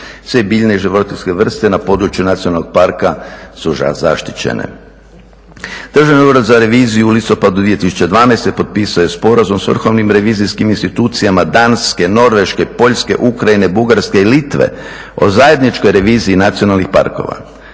Sve biljne i životinjske vrste na području nacionalnog parka su zaštićene. Državni ured za reviziju u listopadu 2012. potpisao je sporazum s vrhovnim revizijskim institucijama Danske, Norveške, Poljske, Ukrajine, Bugarske, Litve o zajedničkoj reviziji nacionalnih parkova.